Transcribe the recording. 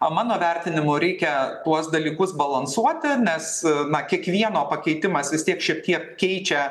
o mano vertinimu reikia tuos dalykus balansuoti nes na kiekvieno pakeitimas vis tiek šiek tiek keičia